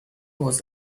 was